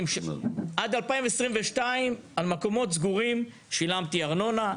עד 2022 על מקומות סגורים שילמתי ארנונה,